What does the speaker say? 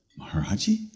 Maharaji